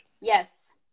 yes